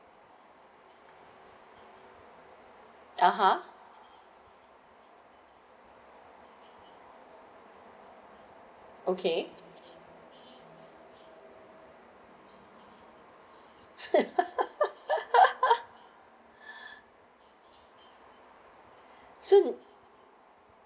(uh huh) okay so